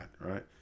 right